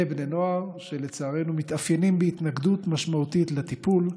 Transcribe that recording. אלה בני נוער שלצערנו מתאפיינים בהתנגדות משמעותית לטיפול,